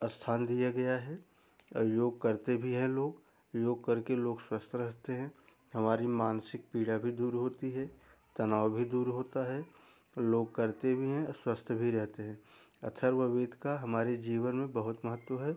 स्थान दिया गया है और योग करते भी हैं लोग योग करके लोग स्वस्थ रहते हैं हमारी मानसिक पीढ़ा भी दूर होती है तनाव भी दूर होता है लोग करते भी हैं अ स्वस्थ भी रहेते हैं अथर्ववेद का हमारे जीवन में बहुत महत्व है